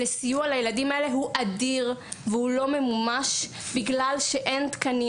לסיוע לילדים האלה הוא אדיר והוא לא ממומש בגלל שאין תקנים.